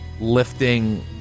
lifting